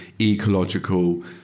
ecological